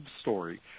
story